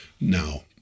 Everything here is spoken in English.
Now